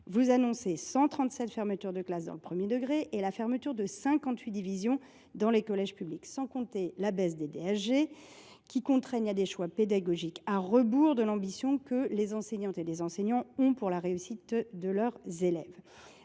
Vous annoncez la fermeture de 137 classes dans le premier degré et de 58 divisions dans les collèges publics, sans compter la baisse des dotations horaires globales (DHG), qui contraint à des choix pédagogiques à rebours de l’ambition que les enseignantes et les enseignants ont pour la réussite de leurs élèves.